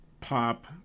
pop